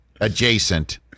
adjacent